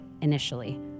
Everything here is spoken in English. initially